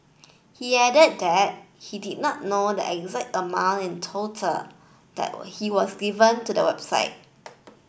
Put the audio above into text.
he added that he did not know the exact amount in total that he has given to the website